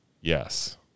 Yes